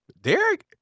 Derek